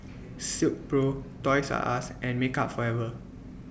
Silkpro Toys R US and Makeup Forever